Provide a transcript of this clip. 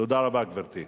תודה רבה, גברתי.